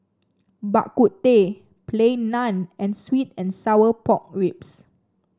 Bak Kut Teh Plain Naan and sweet and Sour Pork Ribs